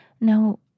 No